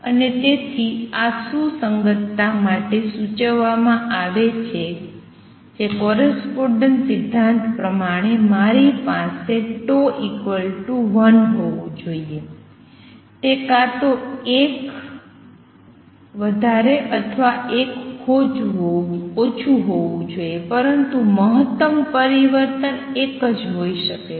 અને તેથી આ સુસંગતતા માટે સૂચવવામાં આવે છે જે કોરસ્પોંડેન્સ સિદ્ધાંત પ્રમાણે મારી પાસે 1 હોવું જોઈએ તે કાં તો એક વધારે અથવા એક ઓછું હોઇ શકે પરંતુ મહત્તમ પરિવર્તન એક હોઈ શકે છે